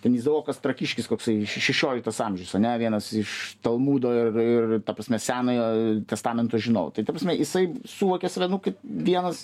ten izaokas trakiškis koksai šešioliktas amžius ane vienas iš talmudo ir ir ta prasme senojo testamento žinau tai ta prasme jisai suvokia save kaip vienas